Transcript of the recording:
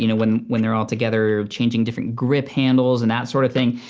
you know, when when they're all together, changing different grip handles and that sort of thing.